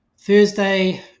Thursday